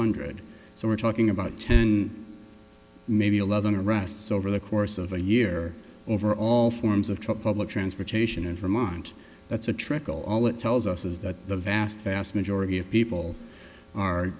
hundred so we're talking about ten maybe eleven arrests over the course of a year over all forms of truck public transportation in vermont that's a trickle all it tells us is that the vast vast majority of people are